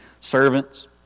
servants